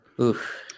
Oof